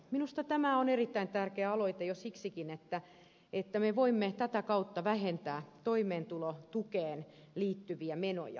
minusta tämä on erittäin tärkeä aloite jo siksi että me voimme tätä kautta vähentää toimeentulotukeen liittyviä menoja